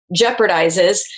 jeopardizes